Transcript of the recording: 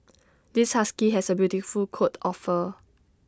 this husky has A beautiful coat of fur